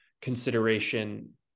consideration